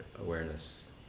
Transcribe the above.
awareness